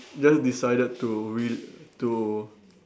then decided to re~ to